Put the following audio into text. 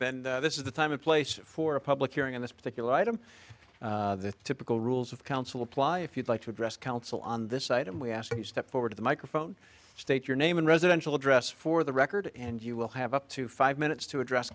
then this is the time and place for a public hearing on this particular item the typical rules of council apply if you'd like to address council on this item we ask you step forward of the microphone state your name and residential address for the record and you will have up to five minutes to address